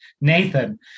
Nathan